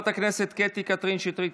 קטי קטרין שטרית,